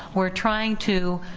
we're trying to